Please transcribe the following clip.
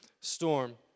storm